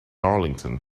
arlington